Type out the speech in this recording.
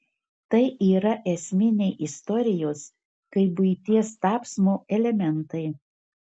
tai yra esminiai istorijos kaip buities tapsmo elementai